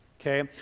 Okay